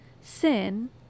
sin